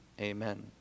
amen